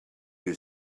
you